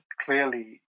clearly